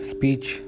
Speech